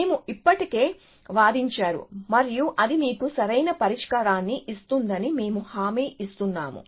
మేము ఇప్పటికే వాదించారు మరియు అది మీకు సరైన పరిష్కారాన్ని ఇస్తుందని మేము హామీ ఇస్తున్నాను